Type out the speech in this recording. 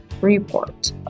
Report